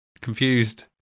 confused